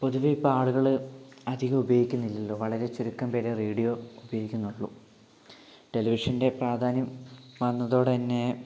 പൊതുവേ ഇപ്പൊൾ ആളുകൾ അധികം ഉപയോഗിക്കുന്നില്ലല്ലോ വളരെ ചുരുക്കം പേരേ റേഡിയോ ഉപയോഗിക്കുന്നുള്ളൂ ടെലിവിഷന്റെ പ്രാധാന്യം വന്നതോടെതന്നെ